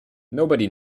nobody